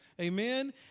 Amen